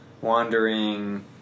wandering